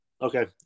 Okay